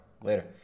Later